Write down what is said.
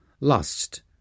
lust